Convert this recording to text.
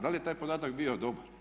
Da li je taj podatak bio dobar?